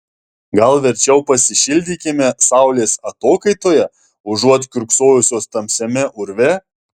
gal verčiau pasišildykime saulės atokaitoje užuot kiurksojusios tamsiame urve